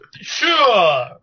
Sure